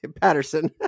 patterson